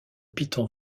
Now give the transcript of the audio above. piton